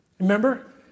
Remember